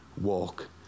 walk